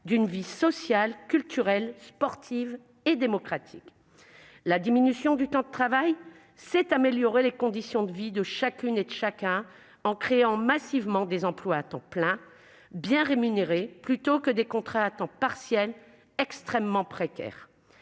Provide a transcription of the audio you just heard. d'une vie sociale, culturelle, sportive et démocratique. Diminuer le temps de travail, c'est améliorer les conditions de vie de chacune et de chacun en créant massivement des emplois à temps plein, bien rémunérés, plutôt que des contrats à temps partiel extrêmement précaires.